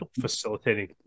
facilitating –